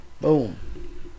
Boom